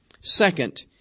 Second